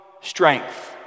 strength